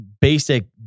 basic